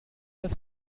das